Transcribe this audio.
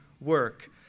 work